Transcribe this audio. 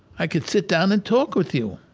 i could sit down and talk with you.